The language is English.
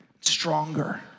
stronger